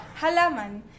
halaman